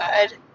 good